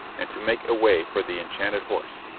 and to make a way for the enchanted horse.